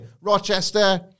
Rochester